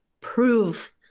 prove